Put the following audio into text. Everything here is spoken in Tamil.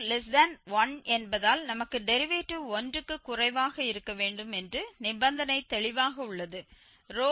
ρ1 என்பதால் நமக்கு டெரிவேட்டிவ் 1 க்கு குறைவாக இருக்க வேண்டும் என்று நிபந்தனை தெளிவாக உள்ளது